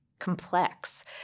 Complex